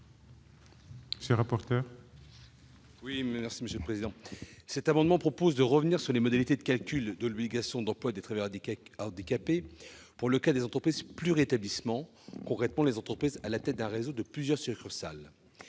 Monsieur le rapporteur,